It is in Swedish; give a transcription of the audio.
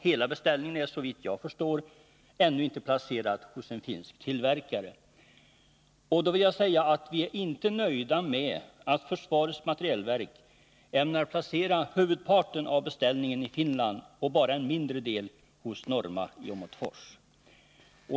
Hela beställningen är såvitt jag förstår ännu inte placerad hos en finsk tillverkare. Vi är inte nöjda med att försvarets materielverk ämnar placera huvudparten av beställningen i Finland och bara en mindre del hos Norma i Åmotfors.